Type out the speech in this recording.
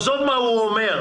עזוב מה הוא אומר,